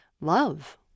Love